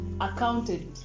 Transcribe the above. accounted